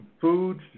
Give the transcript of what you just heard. foods